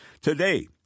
Today